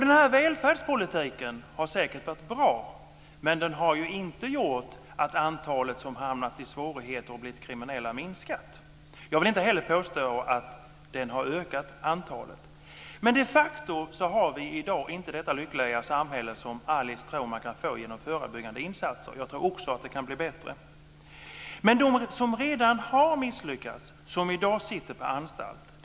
Den här välfärdspolitiken har säkert varit bra, men den har inte gjort att antalet personer som har hamnat i svårigheter och blivit kriminella har minskat. Jag vill inte heller påstå att antalet har ökat. Men vi har i dag de facto inte detta lyckliga samhälle som Alice Åström tror att man kan få genom förebyggande insatser. Jag tror också att det kan bli bättre, men det handlar om dem som redan har misslyckats, som i dag sitter på anstalt.